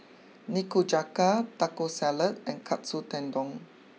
Nikujaga Taco Salad and Katsu Tendon